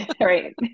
Right